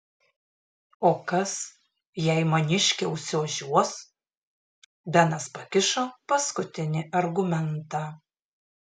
o kas jei maniškė užsiožiuos benas pakišo paskutinį argumentą